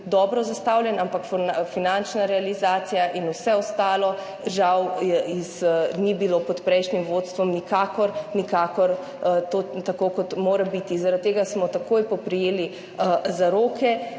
dobro zastavljen, ampak finančna realizacija in vse ostalo, žal ni bilo pod prejšnjim vodstvom nikakor, nikakor tako, kot mora biti. Zaradi tega smo takoj poprijeli za roke,